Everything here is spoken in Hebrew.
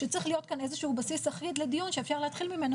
שצריך להיות כאן איזשהו בסיס אחיד לדיון שאפשר להתחיל ממנו